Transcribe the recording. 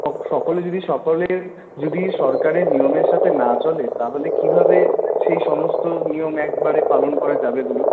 সকল যদি সকলে যদি সরকারের নিয়মের সাথে না চলে তাহলে কিভাবে সেই সমস্ত নিয়ম একবারে পালন করা যাবে বলুন